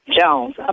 Jones